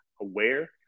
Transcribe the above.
aware